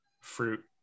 fruit